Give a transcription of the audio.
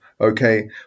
Okay